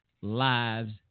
Lives